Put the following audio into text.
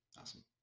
awesome